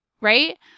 right